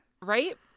Right